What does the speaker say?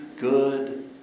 good